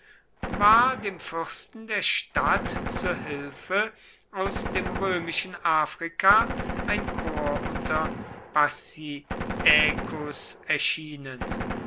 war dem fürsten der stadt zu hilfe aus dem römischen afrika ein korps unter pacciaecus erschienen